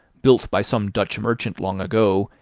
built by some dutch merchant long ago,